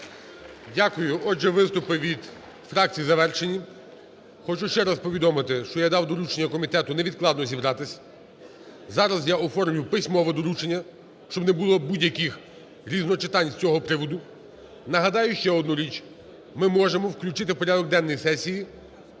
Дякую. Отже, виступи від фракцій завершені. Хочу ще раз повідомити, що я дав доручення комітету невідкладно зібратися. Зараз я оформлю письмове доручення, щоб не було будь-яких різночитань з цього приводу. Нагадаю ще одну річ, ми можемо включити в порядок денний сесії